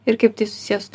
ir kaip tai susėstų